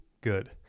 good